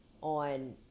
on